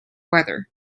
weather